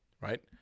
right